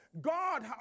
God